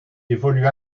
évolue